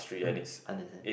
mm understand